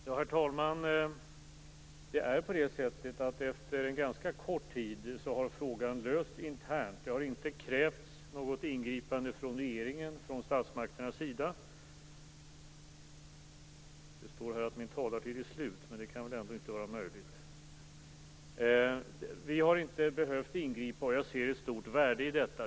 Herr talman! Det är faktiskt så att den här frågan efter en ganska kort tid har lösts internt. Det har inte krävts något ingripande från regeringens och statsmakternas sida. Vi har inte behövt ingripa, och jag ser ett stort värde i detta.